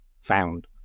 found